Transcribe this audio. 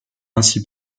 ainsi